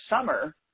summer